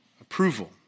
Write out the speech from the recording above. approval